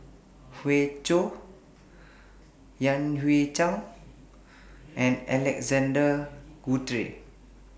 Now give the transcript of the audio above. Hoey Choo Yan Hui Chang and Alexander Guthrie